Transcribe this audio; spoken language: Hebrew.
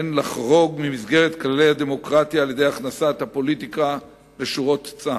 אין לחרוג ממסגרת כללי הדמוקרטיה על-ידי הכנסת הפוליטיקה לשורות צה"ל.